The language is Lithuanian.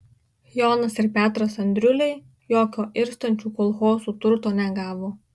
jonas ir petras andriuliai jokio irstančių kolchozų turto negavo